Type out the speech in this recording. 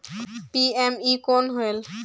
PME कौन होयल?